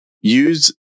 use